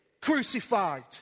crucified